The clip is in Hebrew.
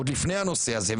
עוד לפני הנושא הזה.